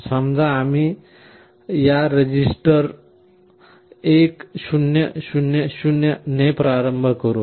समजा आम्ही या रजिस्टर 1 0 0 0 ने आरंभ करु